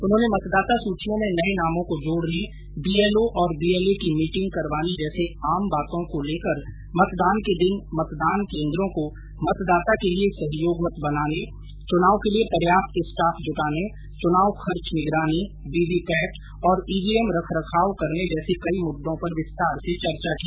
उन्होंने मतदाता सूचियों में नए नामों को जोड़ने बीएलओ और बीएलए की मिटिंग करवाने जैसी आम बातों से लेकर मतदान के दिन मतदान केंद्रों को मतदाता के लिये सहयोगवत बनाने चुनाव के लिए पर्याप्त स्टाफ जुटाने चुनाव खर्च निगरानी वीवीपैट और ईवीएम रख रखाव करने जैसे कई मुद्दों पर विस्तार से चर्चा की